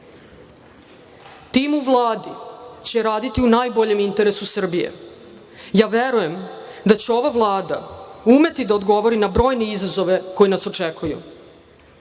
u Vladi će raditi u najboljem interesu Srbije. Verujem da će ova Vlada umeti da odgovori na brojne izazove koji nas očekuju.